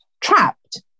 trapped